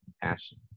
compassion